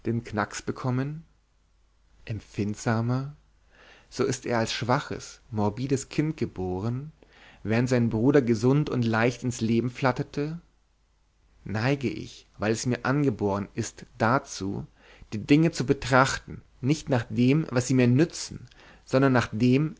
den knacks bekommen empfindsamer so ist er als schwaches morbides kind geboren während sein bruder gesund und leicht ins leben flatterte neige ich weil es mir angeboren ist dazu die dinge zu betrachten nicht nach dem was sie mir nützen sondern nach dem